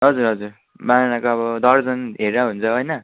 हजुर हजुर बानानाको अब दर्जन हेरेर हुन्छ होइन